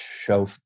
show